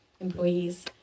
employees